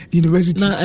university